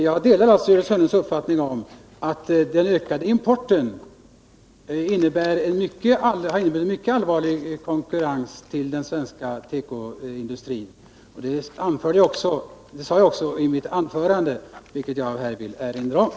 Jag delar alltså Gördis Hörnlunds uppfattning att den ökade importen innebär en mycket allvarlig konkurrens till den svenska tekoindustrin.. Det sade jag också i mitt anförande, vilket jag vill erinra om.